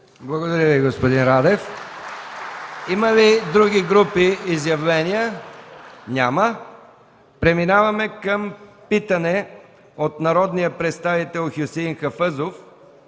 Благодаря Ви, господин Радев. Има ли изявления от други групи? Няма. Преминаваме към питане от народния представител Хюсеин Хафъзов